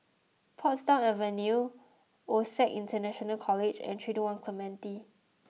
Portsdown Avenue Osac International College and three two one Clementi